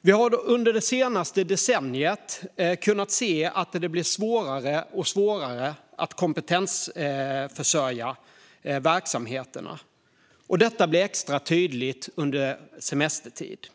Vi har under det senaste decenniet kunnat se att det har blivit svårare och svårare att kompetensförsörja verksamheterna. Detta blir extra tydligt under semestertider.